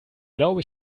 glaube